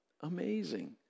Amazing